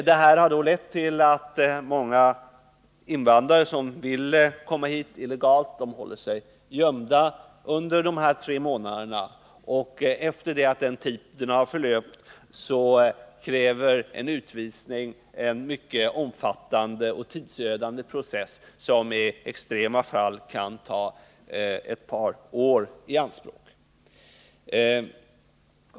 Detta har då lett till att många invandrare som vill komma hit illegalt håller sig gömda under dessa tre månader. Efter det att denna tid har fortlöpt krävs det för en utvisning en mycket omfattande och tidsödande process, som i extrema fall kan ta ett par år i anspråk.